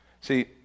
See